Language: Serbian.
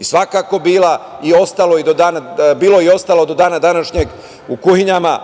Svakako je bilo i ostalo do dana današnjeg, u kuhinjama